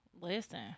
Listen